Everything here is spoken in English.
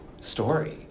story